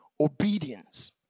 obedience